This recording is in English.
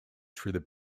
through